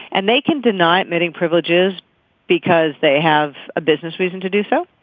and they can deny admitting privileges because they have a business reason to do so.